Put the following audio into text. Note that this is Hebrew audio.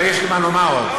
אבל יש לי מה לומר עוד.